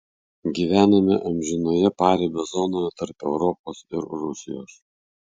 gyvename amžinoje paribio zonoje tarp europos ir rusijos